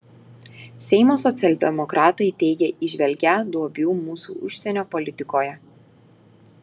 seimo socialdemokratai teigia įžvelgią duobių mūsų užsienio politikoje